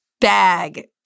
bag